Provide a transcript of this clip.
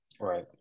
Right